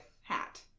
hat